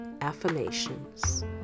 Affirmations